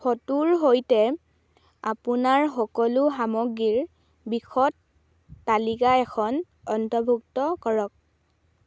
ফটোৰ সৈতে আপোনাৰ সকলো সামগ্ৰীৰ বিশদ তালিকা এখন অন্তৰ্ভুক্ত কৰক